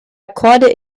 akkorde